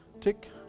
Tick